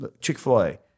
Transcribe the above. Chick-fil-A